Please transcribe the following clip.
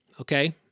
okay